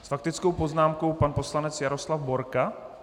S faktickou poznámkou pan poslanec Jaroslav Borka?